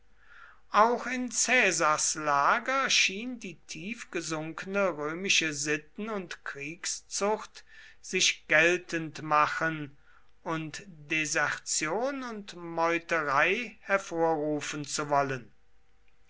auch in caesars lager schien die tiefgesunkene römische sitten und kriegszucht sich geltend machen und desertion und meuterei hervorrufen zu wollen